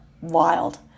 wild